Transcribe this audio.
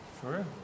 Sure